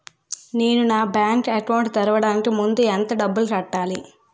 నేను నా bank account తెరవడానికి ముందు ఎంత డబ్బులు కట్టాలి?